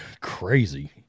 crazy